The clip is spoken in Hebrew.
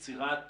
יצירת